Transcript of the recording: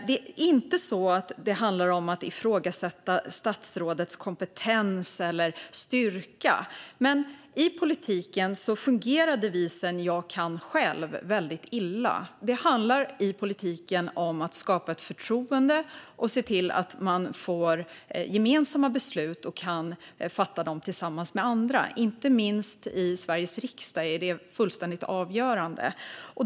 Det handlar inte om att ifrågasätta statsrådets kompetens eller styrka, men i politiken fungerar devisen "jag kan själv" väldigt illa. I politiken handlar det om att skapa ett förtroende och se till att man får gemensamma beslut och kan fatta dem tillsammans med andra - inte minst i Sveriges riksdag är detta fullständigt avgörande.